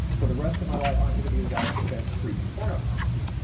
for the rest of my life, i'm gonna be the guy that defends creepy porno comics.